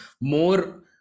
more